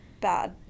Bad